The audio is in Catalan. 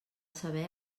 saber